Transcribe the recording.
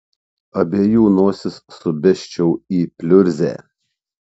abiejų nosis subesčiau į pliurzę